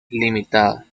limitada